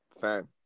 Fair